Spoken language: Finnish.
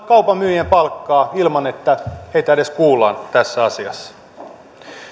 kaupan myyjien palkkaa ilman että heitä edes kuullaan tässä asiassa